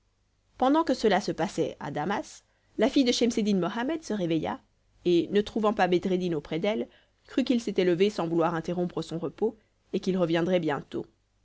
pendant que cela se passait à damas la fille de schemseddin mohammed se réveilla et ne trouvant pas bedreddin auprès d'elle crut qu'il s'était levé sans vouloir interrompre son repos et qu'il reviendrait bientôt